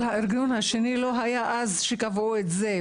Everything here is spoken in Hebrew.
אבל הארגון השני לא היה כשקבעו את זה,